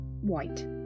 white